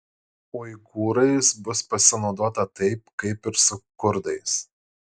uigūrais bus pasinaudota taip kaip ir kurdais